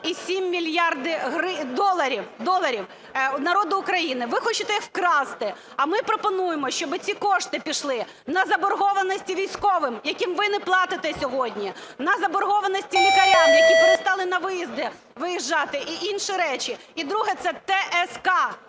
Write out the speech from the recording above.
2,7 мільярда доларів, народу України, ви хочете їх вкрасти. А ми пропонуємо, щоб ці кошти пішли на заборгованості військовим, яким ви не платите сьогодні, на заборгованості лікарям, які перестали на виїзди виїжджати, і інші речі. І друге – це ТСК,